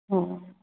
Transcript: ਹਾਂ